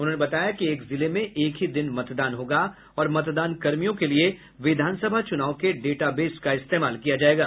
उन्होंने बताया कि एक जिले में एक ही दिन मतदान होगा और मतदानकर्मियों के लिए विधानसभा चुनाव के डेटाबेस का इस्तेमाल किया जायेगा